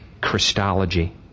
Christology